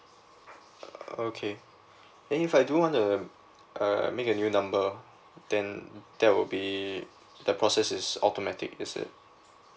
uh okay then if I do want to um uh make a new number then that will be the process is automatic is it